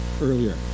earlier